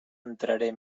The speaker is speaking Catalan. entraré